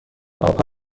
آبها